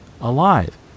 alive